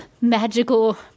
magical